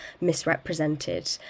misrepresented